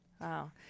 Wow